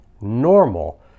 normal